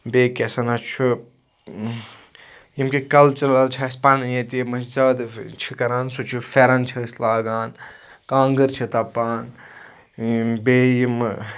بیٚیہِ کیاہ سَنا چھُ یِم کینٛہہ کَلچرل چھِ اَسہِ پَنٕنۍ ییٚتہِ یِم أسۍ زیادٕ چھِ کَران سُہ چھُ پھیٚرن چھِ أسۍ لاگان کانٛگٕر چھِ تَپان بیٚیہِ یِم